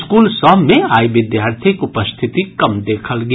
school सभ मे आइ विद्यार्थीक उपस्थिति कम देखल गेल